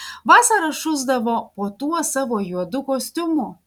vasarą šusdavo po tuo savo juodu kostiumu